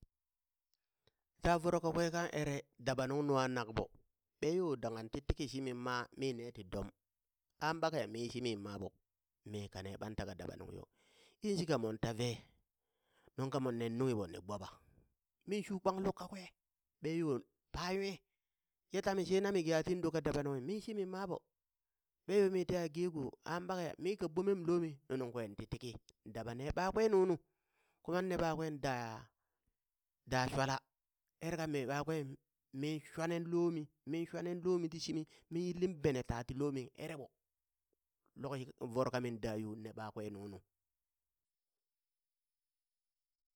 Da voro kakwe kang ere daba nung nunghanak ɓo, ɓeyoo dangha ti tiki shimim maa, mi nee ti dom a ɓakeya? mi shimi maɓo, mi kane ɓan taka daɓa nunghiyo, yinshika mon tave nung ka mon nen nunghiɓo ni gboɓa, minshu kpang luk kakwe, ɓeyo paa nwe, ye tami she nami ge a tin ɗo ka daba nunghi mi shimi maaɓo, ɓeyo mi teha ge ko a ɓakeya mi ka gbomem lomi nnungkwen ti tiki, daɓa ne ɓakwe nunu, kuman nne ɓakwe da da shwala, ere kami ɓakwe min shwanen lomi min shwanen lomi ti shimi, min yili bene taa ti lo ere ɓo, lokoci voro kamin daa yuu nne ɓakwe nu nu.